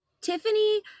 Tiffany